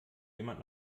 jemand